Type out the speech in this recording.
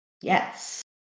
Yes